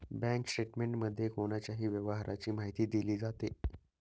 bank स्टेटमेंटमध्ये कोणाच्याही व्यवहाराची माहिती दिली जाते